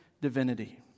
divinity